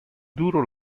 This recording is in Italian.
duro